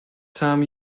some